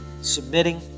submitting